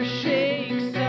shakes